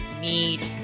need